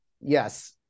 Yes